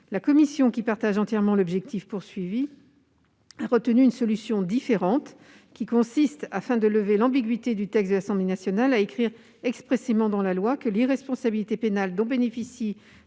La commission, qui partage entièrement l'objectif visé, a retenu une solution différente, qui consiste, afin de lever l'ambiguïté du texte de l'Assemblée nationale, à écrire expressément dans la loi que l'irresponsabilité pénale dont bénéficient